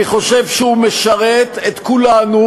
אני חושב שהוא משרת את כולנו,